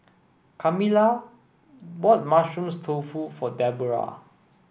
Camilla bought mushroom tofu for Debora